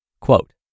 Quote